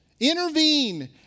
intervene